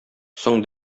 соң